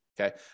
okay